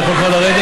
אני יכול כבר לרדת?